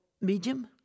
medium